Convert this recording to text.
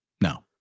No